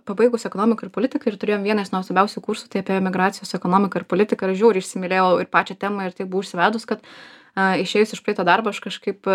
pabaigus ekonomiką ir politiką ir turėjom vieną iš nuostabiausių kursų tai apie emigracijos ekonomiką ir politiką ir aš žiauriai išsimylėjau ir pačią temą ir taip buvau užsivedus kad aaa išėjus iš praito darbo aš kažkaip